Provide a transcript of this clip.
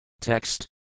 Text